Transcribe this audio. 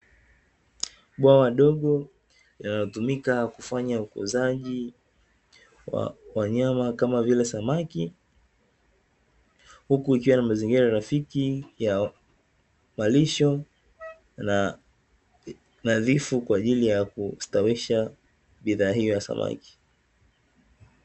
Bwawa dogo linalotumika kufanya utunzaji wa wanyama kama vile samaki, huku likiwa na mazingira rafiki ya malisho na nadhifu kwa ajili ya kustawisha bidhaa hiyo ya samaki.